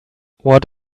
what